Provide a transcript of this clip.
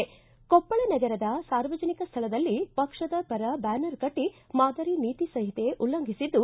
ಕೊಪ್ಪಳ ನಗರದ ಸಾರ್ವಜನಿಕ ಸ್ಥಳದಲ್ಲಿ ಪಕ್ಷದ ಪರ ಬ್ಯಾನರ್ ಕಟ್ಟಿ ಮಾದರಿ ನೀತಿ ಸಂಹಿತೆ ಉಲ್ಲಂಘಿಸಿದ್ದು